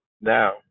Now